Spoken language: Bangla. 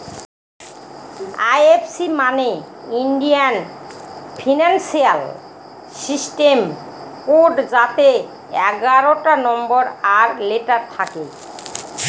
এই.এফ.সি মানে ইন্ডিয়ান ফিনান্সিয়াল সিস্টেম কোড যাতে এগারোটা নম্বর আর লেটার থাকে